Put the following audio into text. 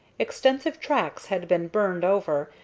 extensive tracts had been burned over,